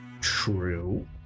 True